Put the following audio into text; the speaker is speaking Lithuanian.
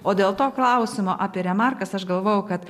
o dėl to klausimo apie remarkas aš galvojau kad